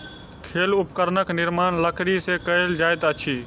खेल उपकरणक निर्माण लकड़ी से कएल जाइत अछि